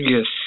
Yes